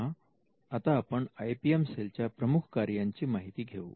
तेव्हा आता आपण आय पी एम सेलच्या प्रमुख कार्यांची माहिती घेऊ